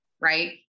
right